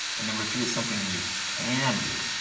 and number three, it's something you can do.